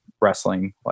wrestling